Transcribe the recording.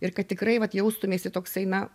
ir kad tikrai vat jaustumeisi toksai na